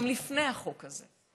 גם לפני החוק הזה.